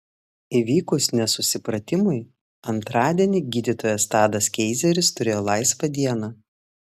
įvykus nesusipratimui antradienį gydytojas tadas keizeris turėjo laisvą dieną